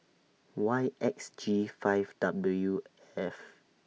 Y X G five W F